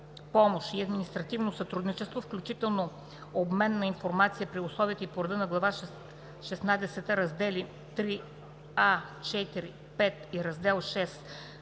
помощ и административно сътрудничество, включително обмен на информация, при условията и по реда на Глава шестнадесета, раздели